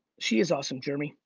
she is awesome jeremy.